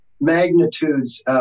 magnitudes